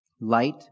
Light